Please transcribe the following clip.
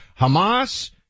Hamas